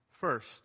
First